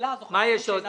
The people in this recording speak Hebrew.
מה יש עוד?